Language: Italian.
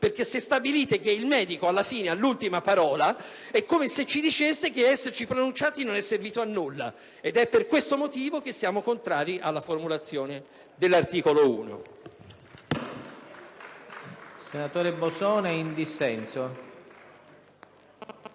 perché, se stabilite che il medico, alla fine, ha l'ultima parola, è come se ci diceste che esserci pronunciati non è servito a nulla. Ed è per questi motivi che siamo contrari alla formulazione dell'articolo 1.